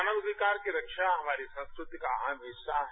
मानवाधिकार की रक्षा हमारे संस्कृति का अहम हिस्सा है